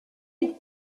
mit